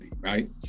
right